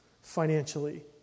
financially